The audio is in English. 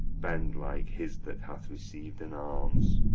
bend like his that hath receiv'd an alms